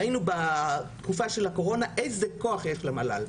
ראינו בתקופה של הקורונה איזה כוח יש למל"ל.